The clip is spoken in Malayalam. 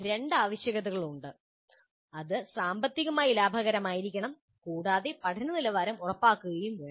രണ്ട് ആവശ്യകതകളുണ്ട് അത് സാമ്പത്തികമായി ലാഭകരമായിരിക്കണം കൂടാതെ പഠന നിലവാരം ഉറപ്പാക്കുകയും വേണം